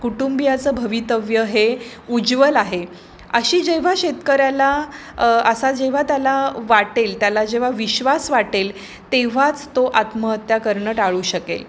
कुटुंबियाचं भवितव्य हे उज्ज्वल आहे अशी जेव्हा शेतकऱ्याला असा जेव्हा त्याला वाटेल त्याला जेव्हा विश्वास वाटेल तेव्हाच तो आत्महत्या करणं टाळू शकेल